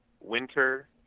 Winter